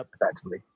effectively